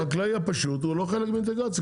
החקלאי הפשוט הוא לא חלק מאינטגרציה.